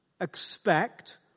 expect